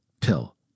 Pill